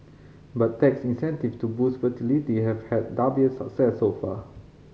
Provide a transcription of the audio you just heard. but tax incentive to boost fertility have had success so far